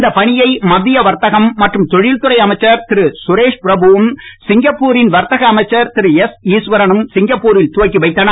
இந்த பணியை மத்திய வர்த்தகம் மற்றும் தொழில் துறை அமைச்சர் திரு சுரேஷ்பிரபுவும் சிங்கப்பூரின் வர்த்தக அமைச்சர் திரு எஸ் ஈஸ்வரனும் சிங்கப்பூரில் துவக்கி வைத்தனர்